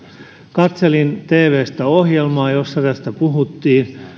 katselin tvstä ohjelmaa jossa tästä puhuttiin ja